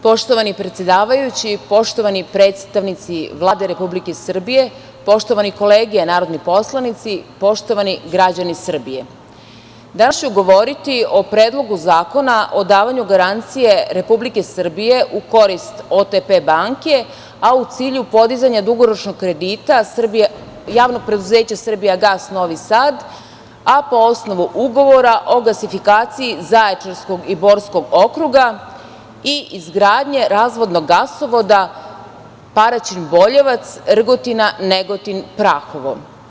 Poštovani predsedavajući, poštovani predstavnici Vlade Republike Srbije, poštovane kolege narodni poslanici, poštovan građani Srbije, danas ću govoriti o predlogu zakona o davanju garancije Republike Srbije u korist OTP banke, a u cilju podizanja dugoročnog kredita, JP „ Srbijagas“ Novi Sad, a po osnovu ugovora o gasifikaciji zaječarskog i borskog okruga, i izgradnje razvodnog gasovoda, Paraćin Boljevac Rgotina Negotin Prahovo.